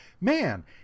man